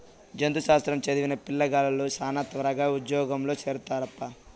జంతు శాస్త్రం చదివిన పిల్లగాలులు శానా త్వరగా ఉజ్జోగంలో చేరతారప్పా